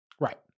Right